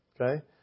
Okay